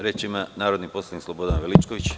Reč ima narodni poslanik Slobodan Veličković.